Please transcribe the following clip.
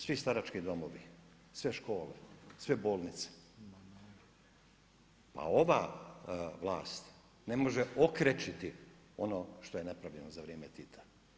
Svi starački domovi, sve škole, sve bolnice, a ova vlast, ne može okrečiti ono što je napravljeno za vrijeme Tita.